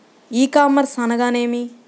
ఈ కామర్స్ అనగానేమి?